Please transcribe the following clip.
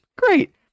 great